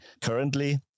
Currently